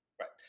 right